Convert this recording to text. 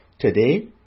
Today